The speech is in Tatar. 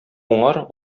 уңар